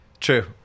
True